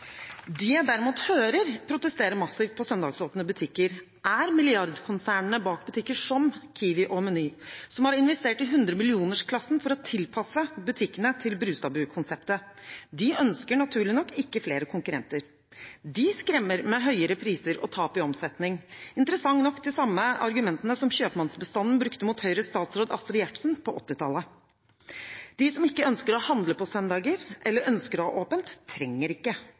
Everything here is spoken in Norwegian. De jeg derimot hører protestere massivt mot søndagsåpne butikker, er milliardkonsernene bak butikker som Kiwi og Meny, som har investert i hundremillionersklassen for å tilpasse butikkene til Brustadbu-konseptet. De ønsker naturlig nok ikke flere konkurrenter. De skremmer med høyere priser og tap i omsetning, interessant nok de samme argumentene som kjøpmannsbestanden brukte mot Høyres statsråd Astrid Gjertsen på 1980-tallet. De som ikke ønsker å handle på søndager eller ønsker å ha åpent, trenger det ikke,